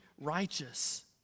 righteous